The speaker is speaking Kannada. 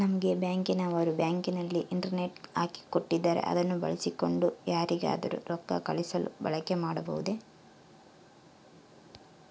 ನಂಗೆ ಬ್ಯಾಂಕಿನವರು ಮೊಬೈಲಿನಲ್ಲಿ ಇಂಟರ್ನೆಟ್ ಹಾಕಿ ಕೊಟ್ಟಿದ್ದಾರೆ ಅದನ್ನು ಬಳಸಿಕೊಂಡು ಯಾರಿಗಾದರೂ ರೊಕ್ಕ ಕಳುಹಿಸಲು ಬಳಕೆ ಮಾಡಬಹುದೇ?